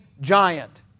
giant